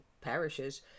parishes